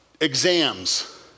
exams